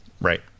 Right